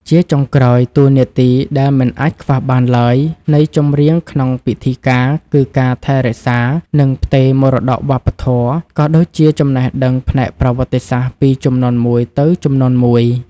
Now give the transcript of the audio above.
ជាចុងក្រោយ តួនាទីដែលមិនអាចខ្វះបានឡើយនៃចម្រៀងក្នុងពិធីការ គឺការថែរក្សា និងផ្ទេរមរតកវប្បធម៌ ក៏ដូចជាចំណេះដឹងផ្នែកប្រវត្តិសាស្ត្រពីជំនាន់មួយទៅជំនាន់មួយ។